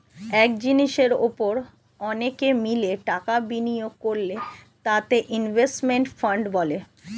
এক জিনিসের উপর অনেকে মিলে টাকা বিনিয়োগ করলে তাকে ইনভেস্টমেন্ট ফান্ড বলে